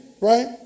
right